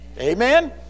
Amen